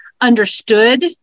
understood